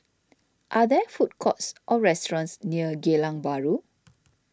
are there food courts or restaurants near Geylang Bahru